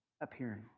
appearing